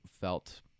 felt